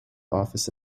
office